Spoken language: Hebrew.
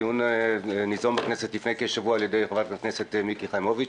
הדיון ניזום בכנסת לפני כשבוע על ידי חברת הכנסת מיקי חיימוביץ,